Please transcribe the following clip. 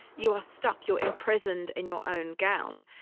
you are stuck. you imprisoned in your own gown.